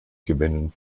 gewinnen